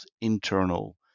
internal